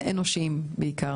בעיקר אנושיים.